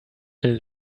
will